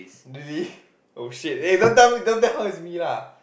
really oh shit eh don't tell her don't tell her it's me lah